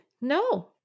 no